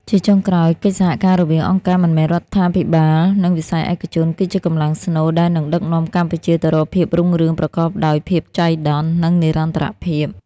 ជាចុងក្រោយ កិច្ចសហការរវាងអង្គការមិនមែនរដ្ឋាភិបាល និងវិស័យឯកជន គឺជាកម្លាំងស្នូលដែលនឹងដឹកនាំកម្ពុជាទៅរកភាពរុងរឿងប្រកបដោយភាពចៃដន្យ និងនិរន្តរភាព។